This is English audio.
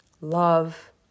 love